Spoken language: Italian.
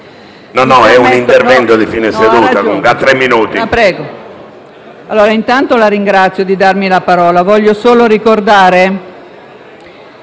il suo è un intervento di fine seduta. Ha tre minuti.